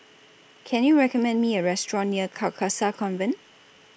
Can YOU recommend Me A Restaurant near Carcasa Convent